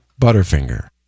Butterfinger